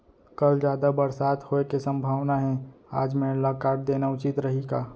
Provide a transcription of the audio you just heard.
कल जादा बरसात होये के सम्भावना हे, आज मेड़ ल काट देना उचित रही का?